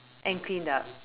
and cleaned up